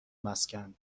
مسکن